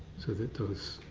so that those